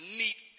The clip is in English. neat